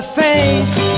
face